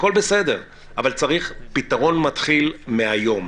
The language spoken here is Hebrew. הכול בסדר, אבל פתרון מתחיל מהיום.